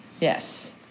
Yes